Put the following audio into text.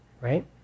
right